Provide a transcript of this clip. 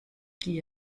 die